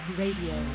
radio